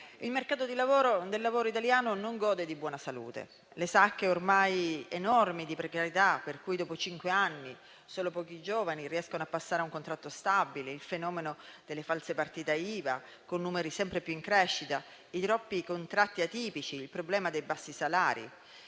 il mercato del lavoro italiano non gode di buona salute, sono ormai enormi le sacche di precarietà, per cui dopo cinque anni solo pochi giovani riescono a passare a un contratto stabile. Il fenomeno delle false partita IVA presenta numeri sempre più in crescita e troppi sono i contratti atipici. C'è poi il problema dei bassi salari: